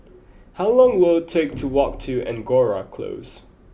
how long will it take to walk to Angora Close